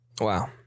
wow